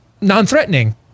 non-threatening